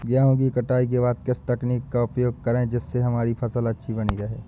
गेहूँ की कटाई के बाद किस तकनीक का उपयोग करें जिससे हमारी फसल अच्छी बनी रहे?